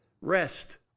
Rest